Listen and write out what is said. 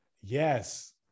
yes